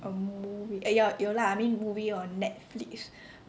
a movie eh 有有 lah I mean movie on Netflix